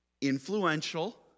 influential